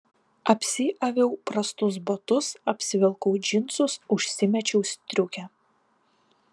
apsiaviau prastus batus apsivilkau džinsus užsimečiau striukę